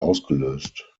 ausgelöst